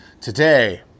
Today